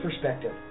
perspective